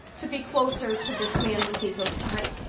to be closer to this man when he's outside.